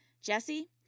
Jesse